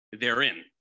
therein